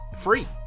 free